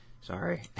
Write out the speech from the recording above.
Sorry